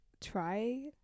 try